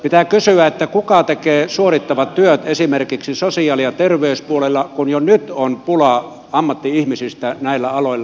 pitää kysyä kuka tekee suorittavat työt esimerkiksi sosiaali ja terveyspuolella kun jo nyt on pulaa ammatti ihmisistä näillä aloilla